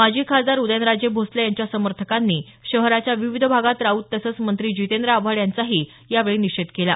माजी खासदार उदयनराजे भोसले यांच्या समर्थकांनी शहराच्या विविध भागात राऊत तसंच मंत्री जितेंद्र आव्हाड यांचाही यावेळी निषेध केला